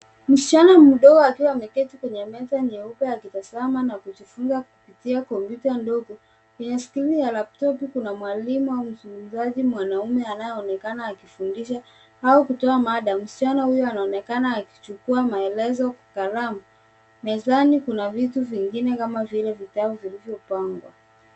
Msichana mdogo akiwa ameketi kwenye meza nyeupe akitazama na kuskiliza kupitia kompyuta ndogo. Kwenye skrini ya laptop kuna mwalimu au mzungumzaji mwanaume anayeonekana akifundisha au kutoa mada. Msichana huyo anaonekana akichukua maelezo kwa kalamu. Mezani kuna viti vingine kama vile vitabu vilivyopangwa.